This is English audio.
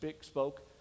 spoke